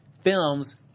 films